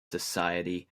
society